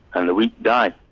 and the weak die.